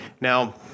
Now